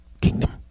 kingdom